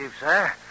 sir